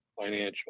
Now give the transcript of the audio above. financial